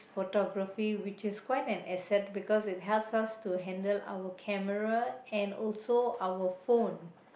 photography which is quite an asset because it helps us to handle our camera and also our phone